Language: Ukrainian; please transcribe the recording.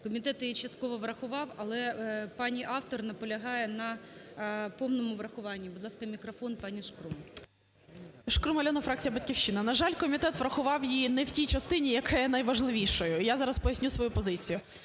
Комітет її частково врахував, але пані автор наполягає на повному врахуванні. Будь ласка, мікрофон пані Шкрум. 16:52:53 ШКРУМ А.І. Шкрум Альона, фракція "Батьківщина". На жаль, комітет врахував її не в тій частині, яка є найважливішою. Я зараз поясню свою позицію.